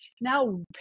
Now